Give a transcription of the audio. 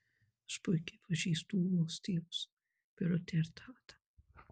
aš puikiai pažįstu ūlos tėvus birutę ir tadą